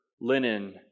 linen